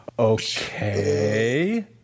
Okay